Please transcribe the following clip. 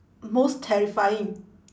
most terrifying